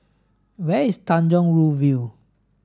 where is Tanjong Rhu View